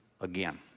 again